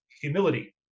humility